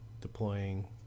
deploying